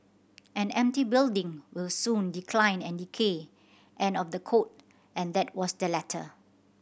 an empty building will soon decline and decay end of the quote and that was the letter